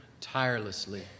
tirelessly